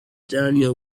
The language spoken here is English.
daniel